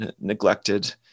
neglected